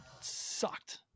sucked